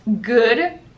good